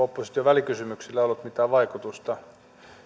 opposition välikysymyksillä ollut mitään vaikutusta